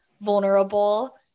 vulnerable